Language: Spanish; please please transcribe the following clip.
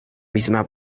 misma